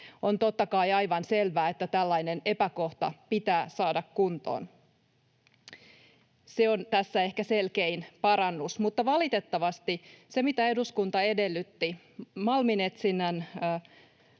On totta kai aivan selvää, että tällainen epäkohta pitää saada kuntoon, se on tässä ehkä selkein parannus. Mutta valitettavasti siihen, mitä eduskunta edellytti, mal-minetsinnän